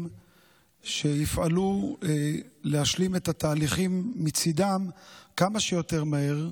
שיפעלו להשלים את התהליכים מצידם כמה שיותר מהר,